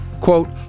quote